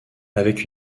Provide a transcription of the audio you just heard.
avec